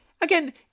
again